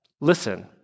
Listen